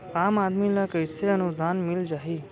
आम आदमी ल कइसे अनुदान मिल जाही?